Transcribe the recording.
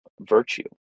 virtue